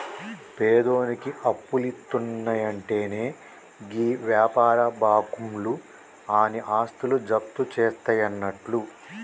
పేదోనికి అప్పులిత్తున్నయంటెనే గీ వ్యాపార బాకుంలు ఆని ఆస్తులు జప్తుజేస్తయన్నట్లు